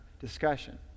discussion